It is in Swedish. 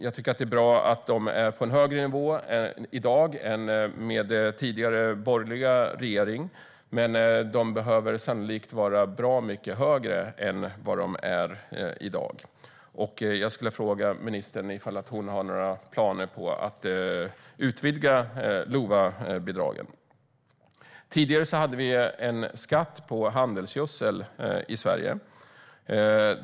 Jag tycker att det är bra att de är på en högre nivå i dag än under den tidigare borgerliga regeringen, men de behöver sannolikt vara bra mycket högre än de är i dag. Jag skulle vilja fråga ministern om hon har några planer på att utvidga LOVA-bidragen. Tidigare hade vi en skatt på handelsgödsel i Sverige.